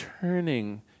turning